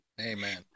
Amen